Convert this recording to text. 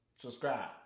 subscribe